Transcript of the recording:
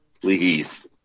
please